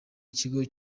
ikigo